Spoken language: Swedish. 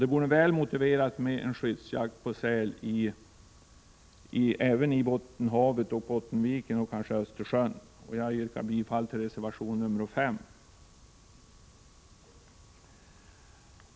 Det vore väl motiverat med en skyddsjakt på säl även i Bottenhavet, i Bottenviken och kanske i hela Östersjön. Jag yrkar bifall till reservation 5.